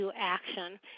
action